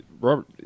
Robert